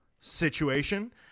situation